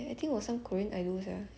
no leh wasn't lee min ho